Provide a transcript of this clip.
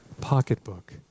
pocketbook